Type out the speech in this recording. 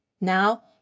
Now